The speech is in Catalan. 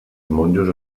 monjos